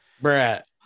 BRAT